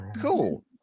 Cool